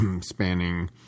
spanning